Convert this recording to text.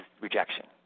rejection